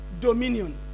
dominion